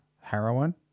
heroin